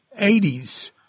80s